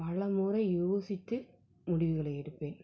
பலமுறை யோசித்து முடிவுகளை எடுப்பேன்